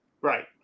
Right